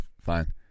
fine